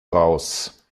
raus